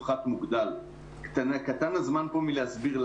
ולפעמים עד בלתי אפשרי,